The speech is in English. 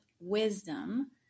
wisdom